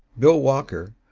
bill walker,